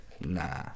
nah